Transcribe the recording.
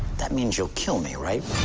that means you'll kill me, right?